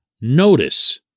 notice